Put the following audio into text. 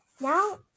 Now